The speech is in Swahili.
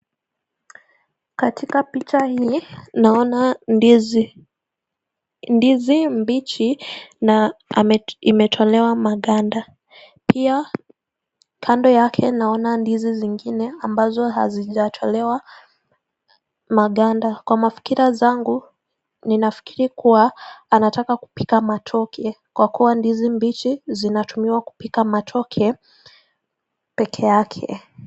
Katika picha hii naona ndizi, ndizi mbichi na imetolewa maganda. Ndizi na imetolewa maganda. Pia, kando yake naona ndizi zingine ambazo hazijatolewa maganda. Kwa mafikira zangu, ninafikiri kuwa anataka kupika matoke, kwa kuwa ndizi mbichi zinatumiwa kupika matoke peke yake.